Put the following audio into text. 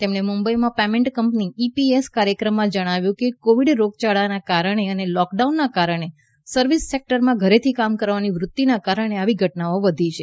તેમણે મુંબઈમાં payment company EPS કાર્યક્રમમાં જણાવ્યું કે કોવિડ રોગયાળાને કારણે અને લોકડાઉનને કારણે સર્વિસ સેક્ટરમાં ઘરેથી કામ કરવાની વૃત્તિને કારણે આવી ઘટનાઓ વધી છે